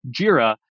Jira